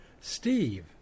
Steve